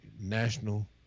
National